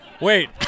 wait